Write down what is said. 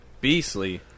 beastly